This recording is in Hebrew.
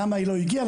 למה היא לא הגיעה,